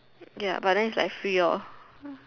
ya but then it's like free lor